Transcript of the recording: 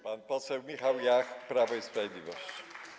Pan poseł Michał Jach, Prawo i Sprawiedliwość.